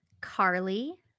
carly